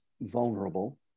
vulnerable